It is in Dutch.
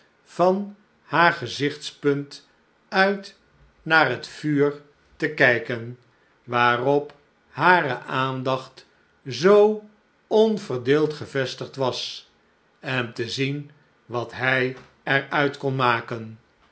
van haar gezichtspunt uit naar het vuur te kijken waarop hare aandacht zoo onverdeeld gevestigd was en te zien wat hij er uit kon maken